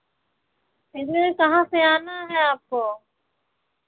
इधर कहाँ से आना है आपको